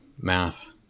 math